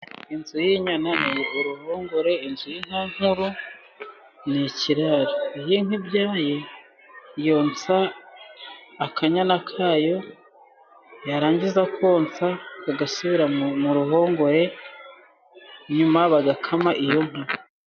Inzu y'inyana ni uruhongore, inzu y'uruhongore, ni ikiraro, iyo inka ibyaye, yonsa akanyana kayo, yarangiza konsa kagasubira mu mu ruhongore, nyuma bagakama iyo nka.